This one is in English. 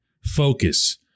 focus